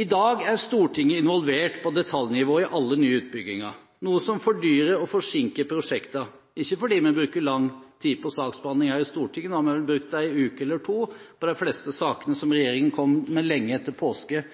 I dag er Stortinget involvert på detaljnivå i alle nye utbygginger, noe som fordyrer og forsinker prosjektene. Det er ikke fordi vi bruker lang tid på saksbehandling her i Stortinget – vi har vel brukt en uke eller to på de fleste sakene som regjeringen kom med lenge etter påske –